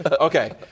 Okay